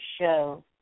show